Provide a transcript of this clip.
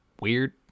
weird